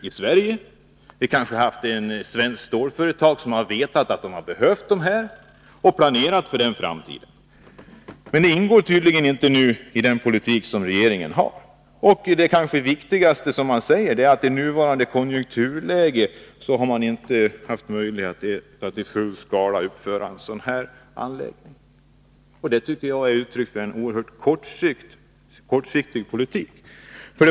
Då kanske vi hade haft ett svenskt stålföretag som vetat att det behövt dessa processer och planerat för den framtiden. Men det ingår tydligen inte i regeringens politik. Det kanske viktigaste som sägs är att man i nuvarande konjunkturläge inte haft möjlighet att i full skala uppföra en sådan anläggning. Det tycker jag är uttryck för en oerhört kortsiktig politik.